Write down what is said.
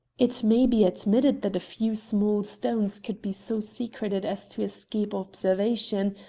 it may be admitted that a few small stones could be so secreted as to escape observation,